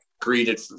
greeted